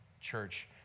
church